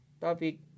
topic